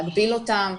להגביל אותן,